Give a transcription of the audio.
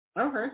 Okay